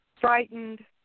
frightened